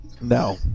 No